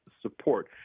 support